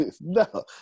No